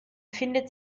findet